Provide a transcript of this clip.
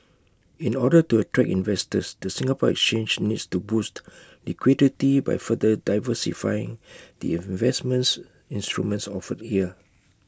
in order to attract investors the Singapore exchange needs to boost liquidity by further diversifying the investments instruments offered here